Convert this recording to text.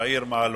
בעיר מעלות.